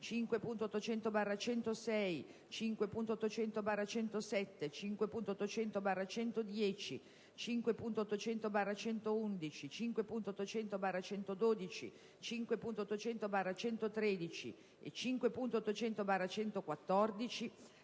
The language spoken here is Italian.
5.800/106, 5.800/107, 5.800/110, 5.800/111, 5.800/112, 5.800/113, 5.800/114,